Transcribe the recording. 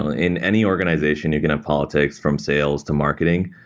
ah in any organization, you can have politics from sales to marketing,